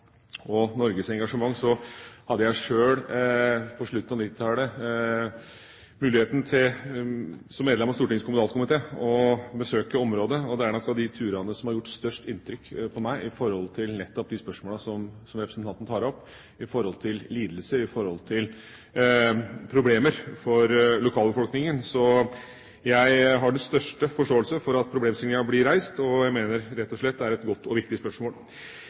Norges engasjement, at jeg på slutten av 1990-tallet selv hadde muligheten til, som medlem av Stortingets kommunalkomité, å besøke området. Det er nok av de turene som har gjort størst inntrykk på meg når det gjelder de spørsmålene representanten tar opp om lidelse og problemer for lokalbefolkningen. Så jeg har den største forståelse for at problemstillingen blir reist. Jeg mener det rett og slett er et godt og viktig spørsmål.